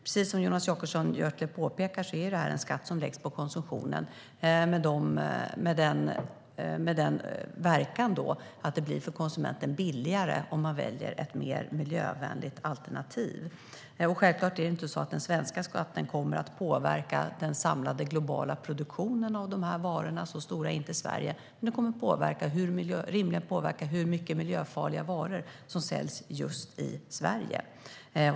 Precis som Jonas Jacobsson Gjörtler påpekar är det här en skatt som läggs på konsumtionen, med sådan verkan att det blir billigare för konsumenten om man väljer ett mer miljövänligt alternativ. Självklart kommer inte den svenska skatten att påverka den samlade globala produktionen av de här varorna. Så stort är inte Sverige. Men den kommer rimligen att påverka hur mycket miljöfarliga varor som säljs just i Sverige.